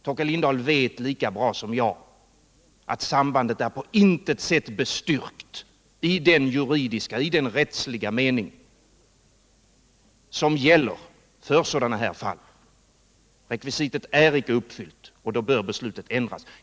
Torkel Lindahl vet lika bra som jag att sambandet på intet sätt är styrkt i den juridiska, i den rättsliga mening som gäller för sådana här fall. Rekvisitet är icke uppfyllt och då bör beslutet ändras.